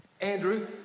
Andrew